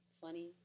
funny